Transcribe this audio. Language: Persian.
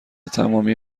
تمامی